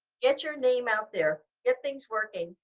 get your name out there, get things working,